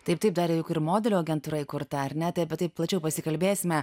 taip taip dar ir modelių agentūra įkurta ar net apie tai plačiau pasikalbėsime